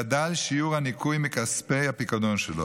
גדל שיעור הניכוי מכספי הפיקדון שלו.